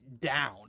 down